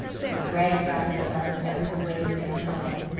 they bragged about the fun that was awaiting them at home.